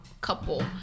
couple